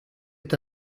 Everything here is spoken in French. est